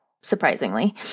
surprisingly